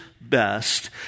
best